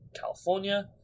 California